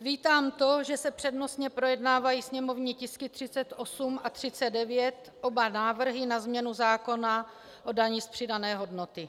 Vítám to, že se přednostně projednávají sněmovní tisky 38 a 39 oba návrhy na změnu zákona o dani z přidané hodnoty.